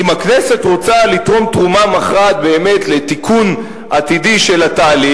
אם הכנסת רוצה לתרום תרומה מכרעת באמת לתיקון עתידי של התהליך,